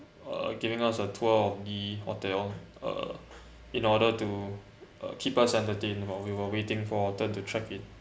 uh giving us a tour of the hotel uh in order to uh keep us entertained while we were waiting for turn to check in